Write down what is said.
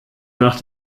nach